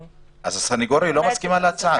הסנגוריה לא מסכימה להצעה?